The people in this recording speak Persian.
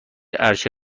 عرشه